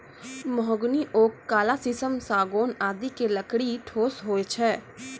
mahogany, oak, काला शीशम, सागौन आदि के लकड़ी ठोस होय छै